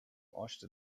osten